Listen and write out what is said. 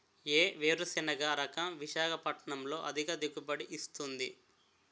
ఏ వేరుసెనగ రకం విశాఖపట్నం లో అధిక దిగుబడి ఇస్తుంది?